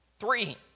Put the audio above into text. Three